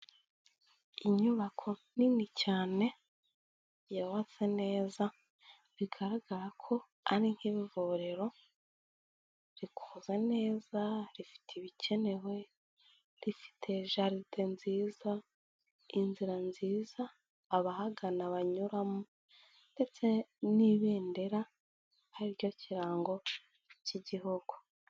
Inyubako nini cyane yubatse neza, bigaragara ko ari nk'ivuriro, rikoze neza rifite ibikenewe, rifite jaride nziza, inzira nziza abahagana banyuramo ndetse n'Ibendera ari ryo kirango cy'igihugu.